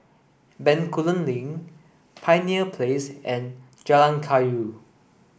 Bencoolen Link Pioneer Place and Jalan Kayu